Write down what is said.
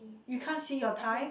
you can't see your thigh